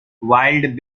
wild